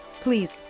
please